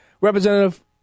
representative